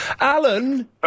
Alan